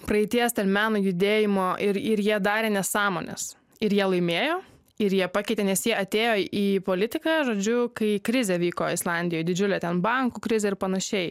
praeities meno judėjimo ir ir jie darė nesąmones ir jie laimėjo ir jie pakeitė nes jie atėjo į politiką žodžiu kai krizė vyko islandijoj didžiulė ten bankų krizė ir panašiai